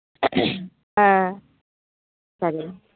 ஆ சரிங்க